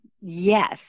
yes